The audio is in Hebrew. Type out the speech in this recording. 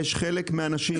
יש חלק מהאנשים,